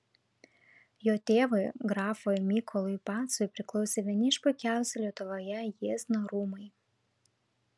jo tėvui grafui mykolui pacui priklausė vieni iš puikiausių lietuvoje jiezno rūmai